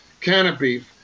canopy